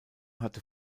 hatte